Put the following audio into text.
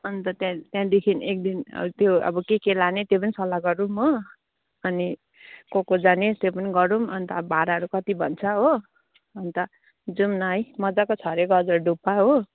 अन्त त्यहाँ त्यहाँदेखि एकदिन त्यो अब के के लाने त्यो पनि सल्लाह गरौँ हो अनि को को जाने त्यो पनि गरौँ अन्त भाडाहरू कति भन्छ हो अन्त जाउँ न है मजाको छ अरे गजलडुब्बा हो